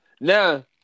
Now